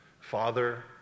Father